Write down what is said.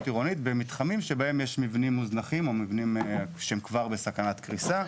עירונית במתחמים שבהם יש מבנים מוזנחים או מבנים בסכנת קריסה.